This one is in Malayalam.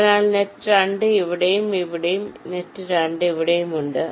അതിനാൽ നെറ്റ് 2 ഇവിടെയും ഇവിടെയും ഇവിടെയും നെറ്റ് 2 ഇവിടെയും ഉണ്ട്